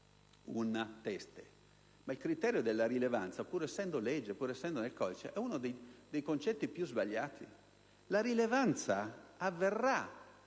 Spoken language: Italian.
rilevanza. Ma il criterio della rilevanza, pur essendo legge e presente nel codice, è uno dei concetti più sbagliati. La rilevanza avverrà